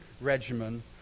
regimen